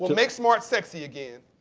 make smart sexy again.